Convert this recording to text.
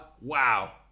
wow